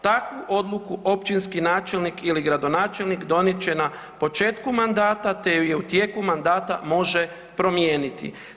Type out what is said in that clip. Takvu odluku općinski načelnik ili gradonačelnik donijet će na početku mandata, te je u tijeku mandata može promijeniti.